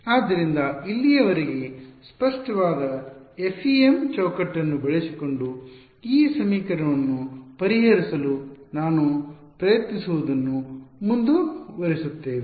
ಆದ್ದರಿಂದ ಇಲ್ಲಿಯವರೆಗೆ ಸ್ಪಷ್ಟವಾದ FEM ಚೌಕಟ್ಟನ್ನು ಬಳಸಿಕೊಂಡು ಈ ಸಮೀಕರಣವನ್ನು ಪರಿಹರಿಸಲು ನಾವು ಪ್ರಯತ್ನಿಸುವುದನ್ನು ಮುಂದುವರಿಸುತ್ತೇವೆ